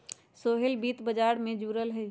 सोहेल वित्त व्यापार से जुरल हए